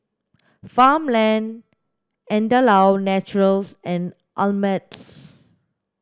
Farmland Andalou Naturals and Ameltz